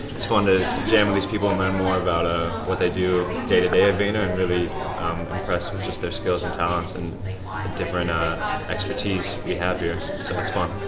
it's fun to jam with these people and learn more about ah what they do day-to-day at vayner. i'm really impressed with just their skills and talents, and the different expertise we have here. so it's fun.